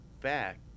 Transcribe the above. back